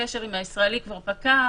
הקשר עם הישראלי כבר פקע.